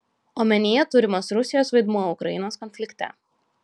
omenyje turimas rusijos vaidmuo ukrainos konflikte